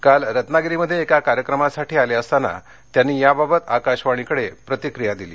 काल रत्नागिरीमध्ये एका कार्यक्रमासाठी आले असताना त्यांनी याबाबत आकाशवाणीकडे प्रतिक्रिया दिली